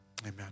amen